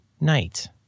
night